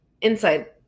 inside